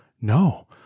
no